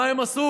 מה הם עשו?